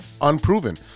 Unproven